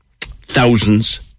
Thousands